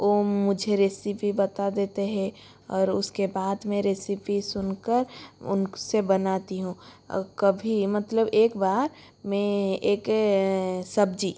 वह मुझे रेसिपी बता देते हैं और उसके बाद मैं रेसिपी सुन कर उनसे बनाती हूँ कभी मतलब एक बार मैं एक सब्ज़ी